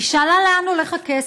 היא שאלה: לאן הולך הכסף?